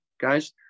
guys